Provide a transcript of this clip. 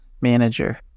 manager